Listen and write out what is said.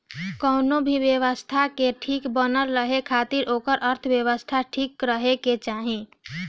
कवनो भी व्यवस्था के ठीक बनल रहे खातिर ओकर अर्थव्यवस्था ठीक रहे के चाही